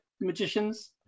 magicians